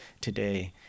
today